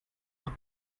nach